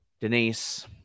Denise